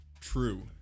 True